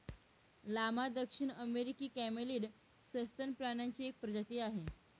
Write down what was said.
llama दक्षिण अमेरिकी camelid सस्तन प्राण्यांची एक प्रजाती आहे